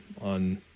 on